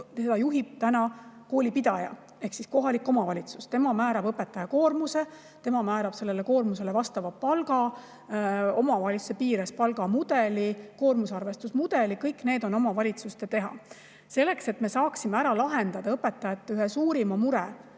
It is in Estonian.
ja juhib koolipidaja ehk kohalik omavalitsus, tema määrab õpetaja koormuse, tema määrab sellele koormusele vastava palga ning omavalitsuse piires palgamudeli ja koormusarvestusmudeli. Kõik see on omavalitsuste teha. Selleks, et me saaksime ära lahendada õpetajate ühe suurima mure,